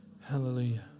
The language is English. hallelujah